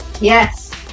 Yes